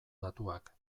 datuak